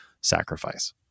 sacrifice